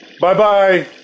Bye-bye